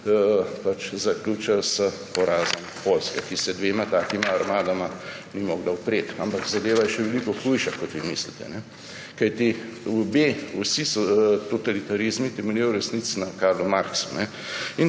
zaključili s porazom Poljske, ki se dvema takima armadama ni mogla upreti. Ampak zadeva je še veliko hujša, kot vi mislite, kajti vsi totalitarizmi temeljijo v resnici na Karlu Marxu.